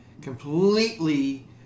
completely